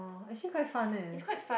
actually quite fun leh